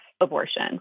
abortion